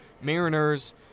Mariners